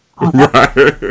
Right